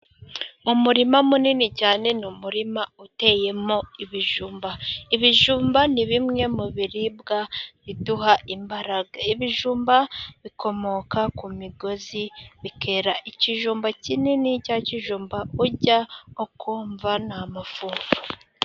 Umurima munini cyane, ni umurima uteyemo ibijumba. Ibijumba ni bimwe mu biribwa biduha imbaraga. Ibijumba bikomoka ku migozi bikera ikijumba kinini, cya kijumba urya ukumva ni amafufu.